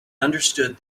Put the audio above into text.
understood